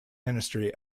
ministry